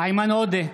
איימן עודה,